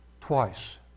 twice